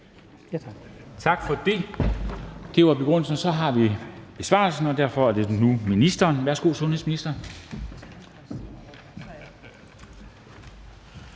Tak for det. Det var begrundelsen, og så har vi besvarelsen, og derfor er det nu ministeren. Værsgo, sundhedsminister.